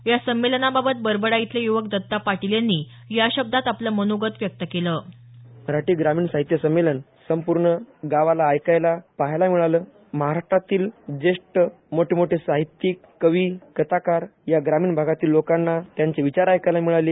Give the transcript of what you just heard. या संमेलनाबाबत बरबडा इथले युवक दत्ता पाटील यांनी या शब्दांत आपलं मनोगत व्यक्त केलं मराठी साहित्य संमेलन संपूर्ण गावा पहायलाऐकायला मिळालयं महाराष्टरातील ज्येष्ठ मोठ मोठे साहित्यीक कथाकार या ग्रामीण भागातील लोकांना त्यांचे विचार ऐकायला मिळाली